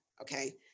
okay